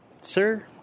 Sir